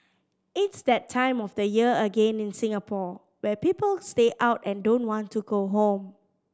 it's that time of the year again in Singapore where people stay out and don't want to go home